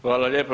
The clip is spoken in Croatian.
Hvala lijepo.